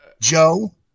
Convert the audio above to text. Joe